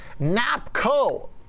Napco